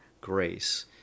grace